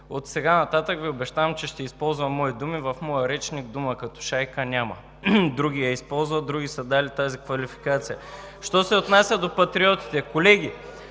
Отсега нататък Ви обещавам, че ще използвам мои думи. В моя речник дума като „шайка“ няма. Други я използват, други са дали тази квалификация. Що се отнася до Патриотите. Колеги,